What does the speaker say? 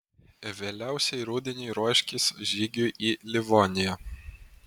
vėliausiai rudeniui ruoškis žygiui į livoniją